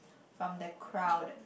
from the crowd